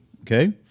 Okay